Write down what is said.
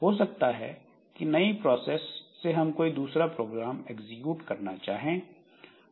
हो सकता है कि नयी प्रोसेस से हम कोई दूसरा प्रोग्राम एग्जीक्यूट करना चाहें